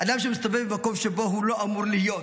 אדם שמסתובב במקום שבו הוא לא אמור להיות,